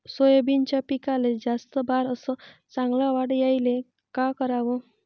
सोयाबीनच्या पिकाले जास्त बार अस चांगल्या वाढ यायले का कराव?